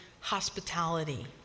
hospitality